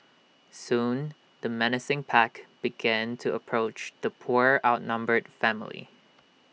soon the menacing pack began to approach the poor outnumbered family